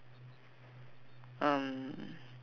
um